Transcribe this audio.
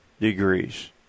degrees